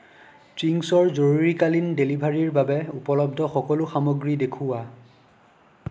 চিংছৰ জৰুৰীকালীন ডেলিভাৰীৰ বাবে উপলব্ধ সকলো সামগ্ৰী দেখুওৱা